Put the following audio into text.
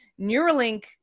Neuralink